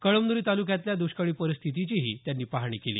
कळमन्री तालुक्यातल्या दष्काळी परिस्थितीचीही त्यांनी पाहणी केली